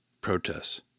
protests